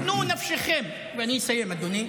שנוא נפשכם, אני אסיים, אדוני,